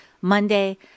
Monday